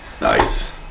Nice